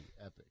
Epic